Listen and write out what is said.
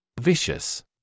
Vicious